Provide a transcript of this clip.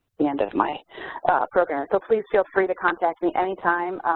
the end of my program. so please feel free to contact me any time.